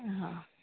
હં